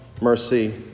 mercy